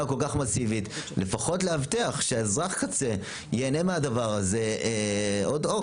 כל כך מסיבית לפחות להבטיח שאזרח הקצה ייהנה מהדבר הזה אד-הוק.